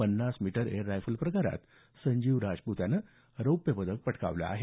पन्नास metre air rifle प्रकारात संजीव राजप्त यानं रौप्य पदक पटकावलं आहे